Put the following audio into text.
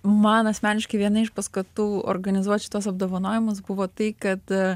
man asmeniškai viena iš paskatų organizuoti šituos apdovanojimus buvo tai kad